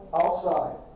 outside